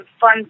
fun